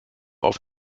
auf